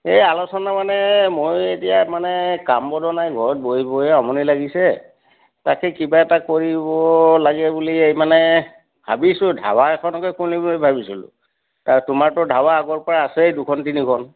এই আলোচনা মানে মই এতিয়া মানে কাম বনো নাই ঘৰত বহি বহি আমনি লাগিছে তাকে কিবা এটা কৰিব লাগে বুলিয়ে মানে ভাবিছোঁ ধাবা এখনকে খুলিম বুলি ভাবিছোঁ তাৰ তোমাৰতো ধাবা আগৰ পৰাই আছেই দুখন তিনিখন